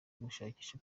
gushakisha